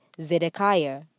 Zedekiah